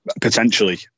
potentially